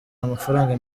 amafaranga